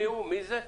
מי זה?